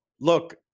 look